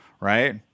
right